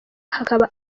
hakaba